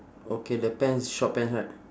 okay the pants short pants right